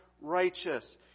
righteous